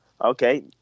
Okay